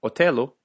Otello